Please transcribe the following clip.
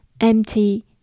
empty